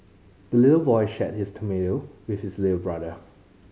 the little boy shared his tomato with his little brother